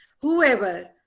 Whoever